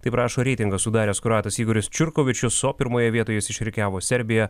taip rašo reitingą sudaręs kroatas igoris čiurkovičius o pirmoje vietoje jis išrikiavo serbiją